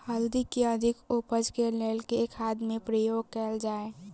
हल्दी केँ अधिक उपज केँ लेल केँ खाद केँ प्रयोग कैल जाय?